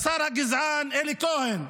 השר הגזען אלי כהן,